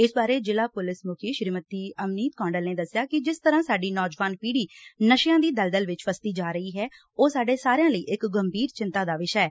ਇਸ ਬਾਰੇ ਜਿਲ੍ਹਾ ਪੁਲਿਸ ਮੁਖੀ ਸ੍ਰੀਮਤੀ ਅਮਨੀਤ ਕੌਂਡਲ ਨੇ ਦੱਸਿਆ ਕਿ ਜਿਸ ਤਰ੍ਹਾਂ ਸਾਡੀ ਨੌਜਵਾਨ ਪੀੜ੍ਹੀ ਨਸ਼ਿਆਂ ਦੀ ਦਲਦਲ ਵਿੱਚ ਫਸਦੀ ਜਾ ਰਹੀ ਹੈ ਉਹ ਸਾਡੇ ਸਾਰਿਆਂ ਲਈ ਇੱਕ ਗੰਭੀਰ ਚਿਂਤਾ ਦਾ ਵਿਸ਼ਾ ਹੈ